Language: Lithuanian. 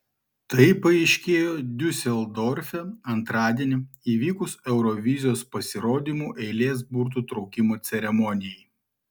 tai paaiškėjo diuseldorfe antradienį įvykus eurovizijos pasirodymų eilės burtų traukimo ceremonijai